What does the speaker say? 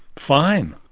fine!